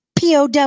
POW